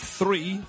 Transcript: three